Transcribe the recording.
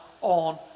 on